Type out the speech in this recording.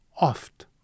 Oft